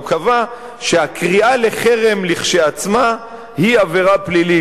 הוא קבע שהקריאה לחרם כשלעצמה היא עבירה פלילית,